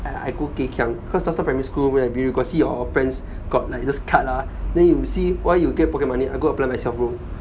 I I go geikiang cause last time primary school you got see our friends got like got this card ah then you will see why you get pocket money I go apply myself bro